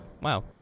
wow